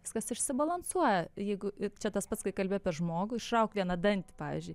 viskas išsibalansuoja jeigu čia tas pats kai kalbi apie žmogų išrauk vieną dantį pavyzdžiui